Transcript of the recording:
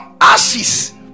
ashes